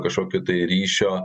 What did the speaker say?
kažkokio tai ryšio